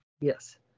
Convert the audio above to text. Yes